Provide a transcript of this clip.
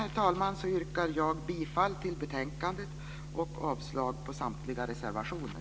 Med detta yrkar jag bifall till hemställan i betänkandet och avslag på samtliga reservationer.